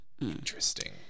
interesting